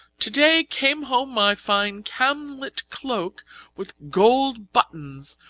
today came home my fine camlett cloak with gold buttons,